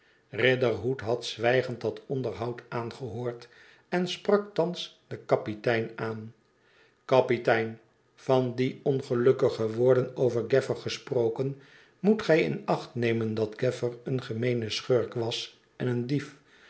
riderhood had zwijgend dat onderhoud aangehoord en sprak thans den kapitein aan f kapitein van die ongelukkige woorden over gaffer gesproken moet gij in acht nemen dat gaffer een gemeene schurk was en een dief